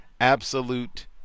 absolute